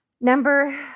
Number